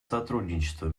сотрудничество